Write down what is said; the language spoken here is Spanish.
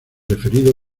referido